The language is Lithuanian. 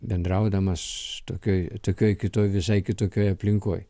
bendraudamas tokioj tokioj kitoj visai kitokioj aplinkoj